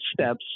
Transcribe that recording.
steps